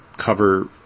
cover